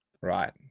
Right